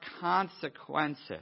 consequences